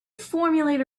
formulate